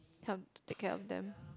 help to take care of them